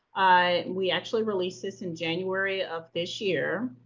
ah, we actually released this in january of this year.